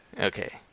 Okay